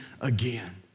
again